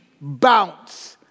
bounce